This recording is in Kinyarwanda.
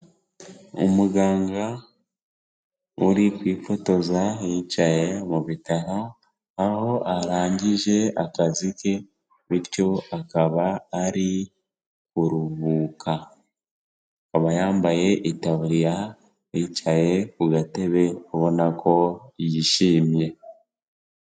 Umuganga uri kwifotoza yicaye mu bitaro, aho arangije akazi ke bityo akaba ari kuruhuka, akaba yambaye itaburiya yicaye ku gatebe abona ko yishimye.